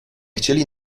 chcieli